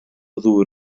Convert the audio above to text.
ddŵr